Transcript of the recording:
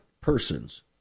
persons